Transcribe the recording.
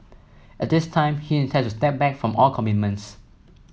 at this time he intends to step back from all commitments